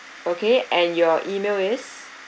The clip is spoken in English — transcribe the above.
okay and your email is